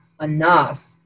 enough